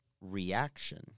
reaction